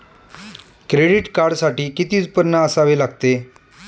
Credit कार्डसाठी किती उत्पन्न असावे लागते?